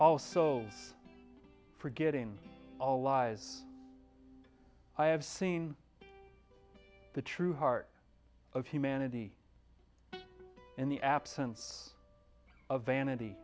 also forgetting all lies i have seen the true heart of humanity in the absence of vanity